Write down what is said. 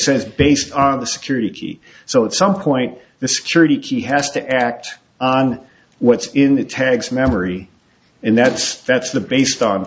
says based on the security so it's some point the security key has to act on what's in the tags memory and that's that's the based on